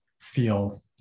feel